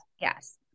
Yes